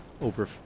Over